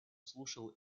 слушал